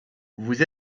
vous